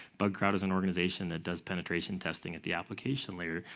bug crowd is an organization that does penetration testing at the application layer,